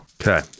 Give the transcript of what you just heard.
Okay